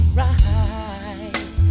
right